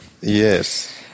Yes